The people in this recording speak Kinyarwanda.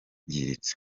zangiritse